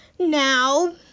Now